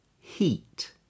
heat